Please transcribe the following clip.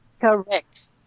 Correct